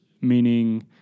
meaning